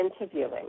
interviewing